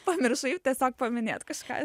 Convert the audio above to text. pamiršai tiesiog paminėt kažką